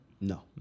No